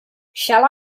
shall